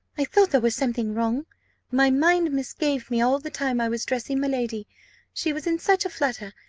i thought there was something wrong my mind misgave me all the time i was dressing my lady she was in such a flutter,